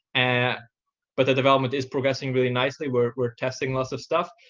and but the development is progressing really nicely. we're we're testing lots of stuff.